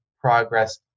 progress